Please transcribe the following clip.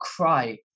cry